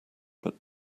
but